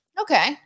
okay